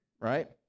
right